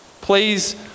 Please